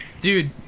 Dude